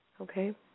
Okay